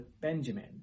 Benjamin